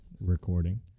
recording